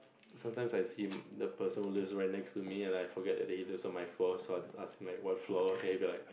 sometimes I see the person who lives right next to me and I forget that he lives on my floor so I just ask him like what floor and he'll be like